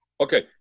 Okay